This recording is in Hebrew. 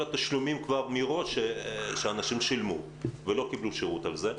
כל התשלומים מראש שאנשים שילמו ולא קיבלו שירות על זה.